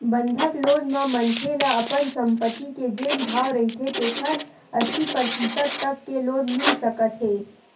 बंधक लोन म मनखे ल अपन संपत्ति के जेन भाव रहिथे तेखर अस्सी परतिसत तक के लोन मिल सकत हे